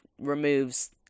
removes